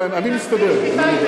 אני מסתדר.